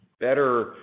better